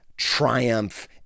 triumph